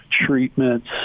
treatments